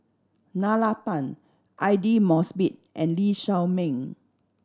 Nalla Tan Aidli Mosbit and Lee Shao Meng